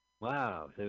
Wow